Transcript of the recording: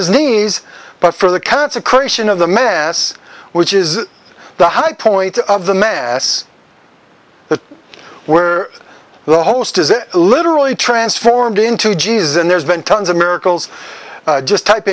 his knees but for the consecration of the mass which is the high point of the mass we're the host is it literally transformed into jesus and there's been tons of miracles just type